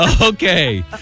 Okay